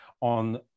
on